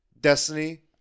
Destiny